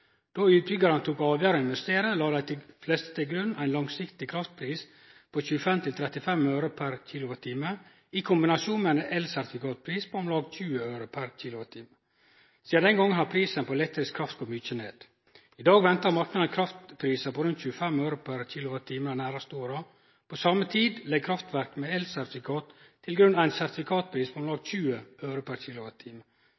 Då utbyggjarane tok avgjerda om å investere, la dei fleste til grunn ein langsiktig kraftpris på 25–35 øre per kWh i kombinasjon med ein elsertifikatpris på om lag 20 øre per kWh. Sidan den gongen har prisen på elektrisk kraft gått mykje ned. I dag ventar marknaden kraftprisar på rundt 25 øre per kWh dei næraste åra. På same tid legg krafverk med elsertifikat til grunn ein sertifikatpris på